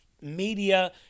media